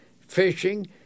fishing